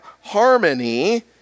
harmony